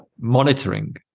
monitoring